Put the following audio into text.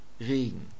Regen